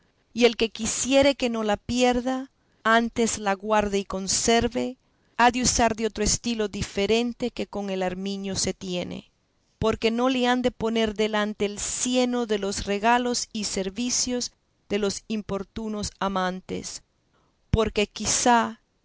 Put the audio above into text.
y el que quisiere que no la pierda antes la guarde y conserve ha de usar de otro estilo diferente que con el arminio se tiene porque no le han de poner delante el cieno de los regalos y servicios de los importunos amantes porque quizá